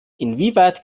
inwieweit